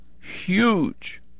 huge